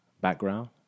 background